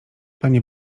panie